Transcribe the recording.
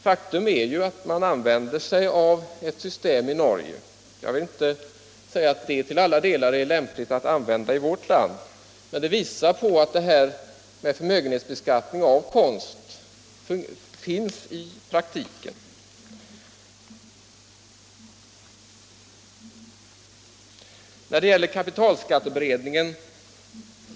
Faktum är att man har ett sådant system i Norge; jag vill inte säga att det till alla delar är lämpligt att använda i vårt land, men det visar att förmögenhetsbeskattning av konst finns i praktiken.